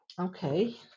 okay